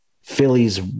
Phillies